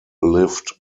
lived